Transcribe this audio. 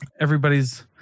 everybody's